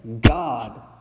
God